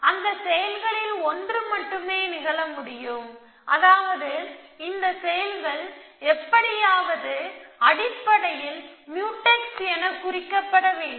அந்த செயல்களில் ஒன்று மட்டுமே நிகழ முடியும் அதாவது இந்த செயல்கள் எப்படியாவது அடிப்படையில் முயூடெக்ஸ் என குறிக்கப்பட வேண்டும்